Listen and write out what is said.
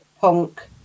punk